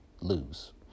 lose